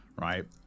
right